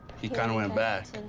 he kind of went back.